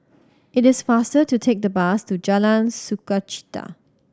it is faster to take the bus to Jalan Sukachita